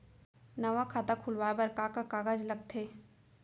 नवा खाता खुलवाए बर का का कागज लगथे?